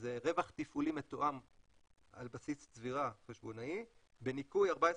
זה רווח תפעולי מתואם על בסיס צבירה חשבונאי בניכוי 14%,